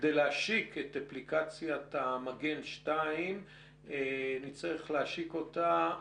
כדי להשיק את אפליקציית המגן 2 נצטרך להשיק אותה